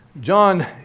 John